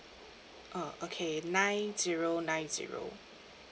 uh okay nine zero nine zero